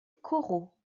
corot